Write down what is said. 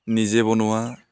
নিজে বনোৱা